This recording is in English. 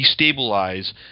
destabilize